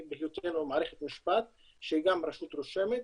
בהיותנו מערכת משפט שהיא גם רשות רושמת,